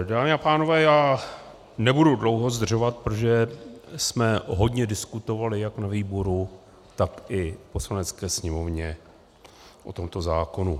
Dámy a pánové, já nebudu dlouho zdržovat, protože jsme hodně diskutovali jak na výboru, tak i v Poslanecké sněmovně o tomto zákonu.